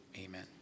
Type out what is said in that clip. Amen